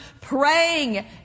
praying